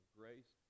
grace